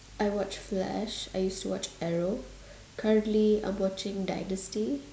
I watch flash I used to watch the arrow currently I watching dynasty